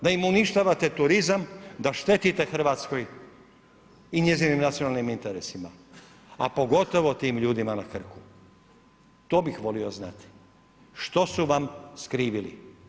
Da im uništavate turizam, da štetite Hrvatskoj i njezinim nacionalnim interesima, a pogotovo tim ljudima na Krku, to bi volio znati, što su vam skrivili?